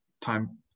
time